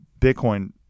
bitcoin